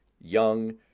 young